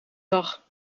dag